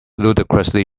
ludicrously